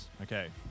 okay